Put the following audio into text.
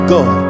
God